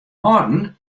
âlden